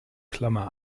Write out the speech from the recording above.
klammer